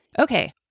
okay